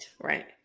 right